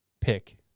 pick